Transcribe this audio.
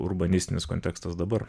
urbanistinis kontekstas dabar